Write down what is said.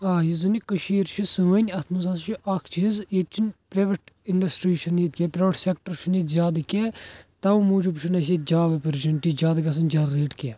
آ یۄس زن یہِ کٔشیٖر چھِ سٲنۍ اتھ مَنٛز حظ چھُ اکھ چیٖز ییٚتہ چھِنہ پرٛایویٹ اِنڈسٹرٛی چھَنہ ییٚتہِ کیٚنٛہہ پرٛایویٹ سیٚکٹَر چھُنہ ییٚتہِ زیادٕ کیٚنٛہہ تَوٕ موجوب چھِنہ اسہِ ییٚتہِ جاب اَپرچُونِٹی زیٛادٕ گَژھان جَنریٹ کیٚنٛہہ